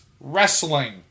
Wrestling